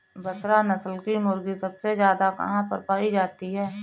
बसरा नस्ल की मुर्गी सबसे ज्यादा कहाँ पर पाई जाती है?